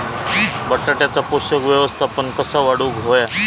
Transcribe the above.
बटाट्याचा पोषक व्यवस्थापन कसा वाढवुक होया?